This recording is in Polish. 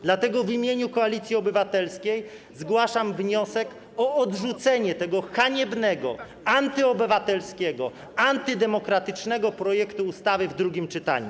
Dlatego w imieniu Koalicji Obywatelskiej zgłaszam wniosek o odrzucenie tego haniebnego, antyobywatelskiego, antydemokratycznego projektu ustawy w drugim czytaniu.